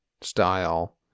style